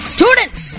Students